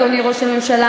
אדוני ראש הממשלה,